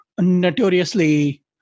notoriously